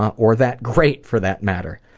or that great for that matter.